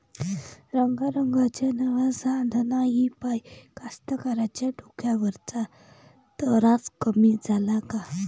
रंगारंगाच्या नव्या साधनाइपाई कास्तकाराइच्या डोक्यावरचा तरास कमी झाला का?